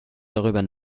darüber